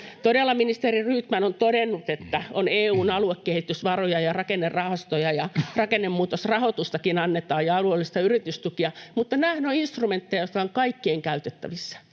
Todella ministeri Rydman on todennut, että on EU:n aluekehitysvaroja ja rakennerahastoja ja että rakennemuutosrahoitustakin annetaan ja alueellista yritystukea. Mutta nämähän ovat instrumentteja, jotka ovat kaikkien käytettävissä,